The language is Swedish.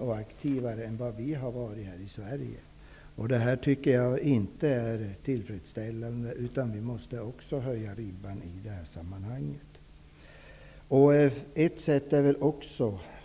och aktivare än vad vi har varit här i Sverige. Det är inte tillfredsställande. Också vi måste höja ribban i detta sammanhang.